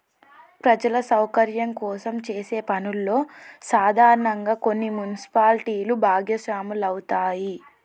ప్రజల సౌకర్యం కోసం చేసే పనుల్లో సాధారనంగా కొన్ని మున్సిపాలిటీలు భాగస్వాములవుతాయి